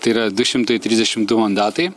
tai yra du šimtai trisdešim du mandatai